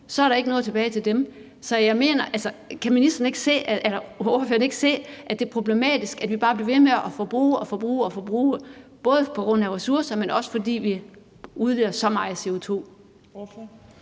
så er der ikke noget tilbage til dem. Kan ordføreren ikke se, at det er problematisk, at vi bare bliver ved med at forbruge og forbruge, både i forhold til ressourcer, men også fordi vi udleder så meget CO2?